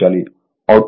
output V2I2 cos ∅2